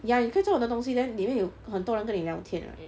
ya you 可以做很多东西 then 里面有很多人跟你聊天 right